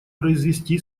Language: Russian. произвести